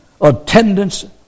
attendance